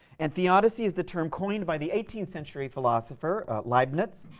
and theodicy is the term coined by the eighteenth-century philosopher leibniz,